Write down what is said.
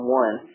one